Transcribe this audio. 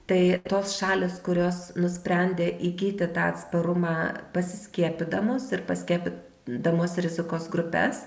tai tos šalys kurios nusprendė įgyti tą atsparumą pasiskiepydamos ir paskiepydamos rizikos grupes